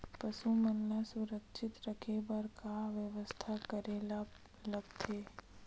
पशु मन ल सुरक्षित रखे बर का बेवस्था करेला लगथे?